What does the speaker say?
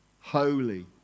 holy